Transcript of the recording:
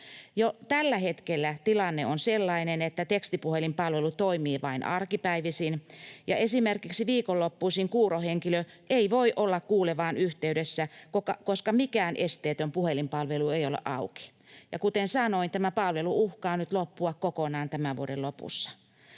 tällä hetkellä tilanne on sellainen, että tekstipuhelinpalvelu toimii vain arkipäivisin ja esimerkiksi viikonloppuisin kuuro henkilö ei voi olla kuulevaan yhteydessä, koska mikään esteetön puhelinpalvelu ei ole auki. Ja kuten sanoin, tämä palvelu uhkaa nyt loppua kokonaan tämän vuoden lopussa.